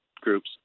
groups